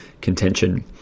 contention